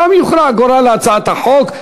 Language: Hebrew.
ושם יוכרע גורל הצעת החוק.